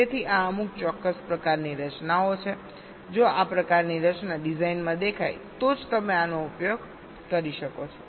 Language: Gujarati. તેથી આ અમુક ચોક્કસ પ્રકારની રચનાઓ છે જો આ પ્રકારની રચના ડિઝાઇનમાં દેખાય તો જ તમે આનો ઉપયોગ કરી શકો છો